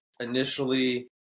initially